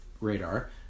radar